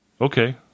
Okay